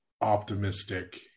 optimistic